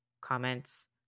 comments